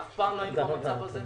אף פעם לא היינו במצב הזה.